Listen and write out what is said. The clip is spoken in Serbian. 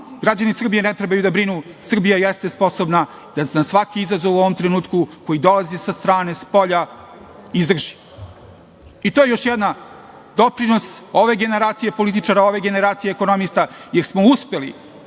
građani Srbije ne trebaju da brinu, Srbija jeste sposobna da svaki izazov u ovom trenutku koji dolazi sa strane spolja izdrži. To je još jedan doprinos političara ove generacije i ekonomista, jer smo uspeli